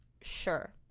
Sure